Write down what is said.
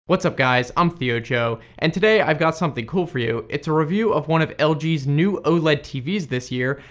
what's up guys, i'm thiojoe, and today i've got something cool for you, it's a review of one of lg's new oled tvs this year,